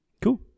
Cool